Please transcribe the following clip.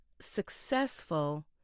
successful